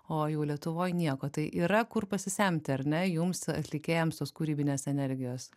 o jau lietuvoj nieko tai yra kur pasisemti ar ne jums atlikėjams tos kūrybinės energijos